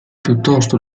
piuttosto